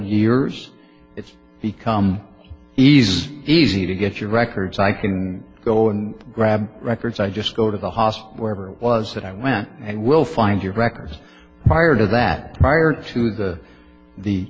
years it's become easy easy to get your records i can go and grab records i just go to the hospital wherever it was that i went and will find your records prior to that prior to the the